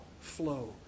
flow